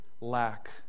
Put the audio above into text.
lack